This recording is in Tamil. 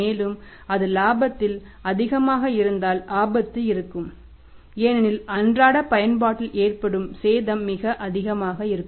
மேலும் அது இலாபத்தில் அதிகமாக இருந்தால் ஆபத்து இருக்கும் ஏனெனில் அன்றாட பயன்பாட்டில் ஏற்படும் சேதம் மிக அதிகமாக இருக்கும்